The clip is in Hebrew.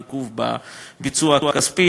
עיכוב בביצוע הכספי,